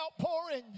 outpouring